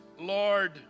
Lord